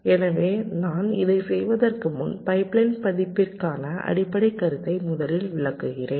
எனவே நான் இதைச் செய்வதற்கு முன் பைப்லைன் பதிப்பதற்கான அடிப்படைக் கருத்தை முதலில் விளக்குகிறேன்